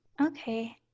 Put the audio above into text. Okay